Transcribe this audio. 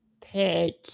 pick